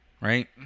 right